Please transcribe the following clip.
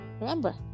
remember